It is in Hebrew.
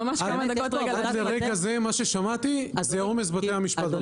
עד לרגע זה מה ששמעתי זה עומס בבתי המשפט.